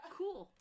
cool